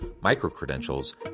micro-credentials